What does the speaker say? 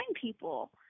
people